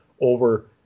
over